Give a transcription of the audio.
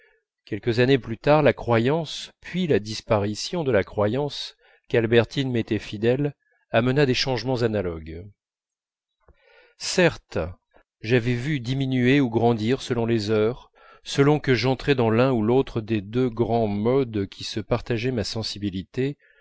quelques années plus tard la croyance puis la disparition de la croyance qu'albertine m'était fidèle amena des changements analogues certes à combray déjà j'avais vu diminuer ou grandir selon les heures selon que j'entrais dans l'un ou l'autre des deux grands modes qui se partageaient ma sensibilité